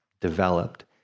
developed